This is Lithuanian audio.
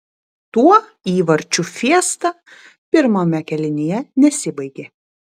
tuo įvarčių fiesta pirmame kėlinyje nesibaigė